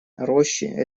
рощи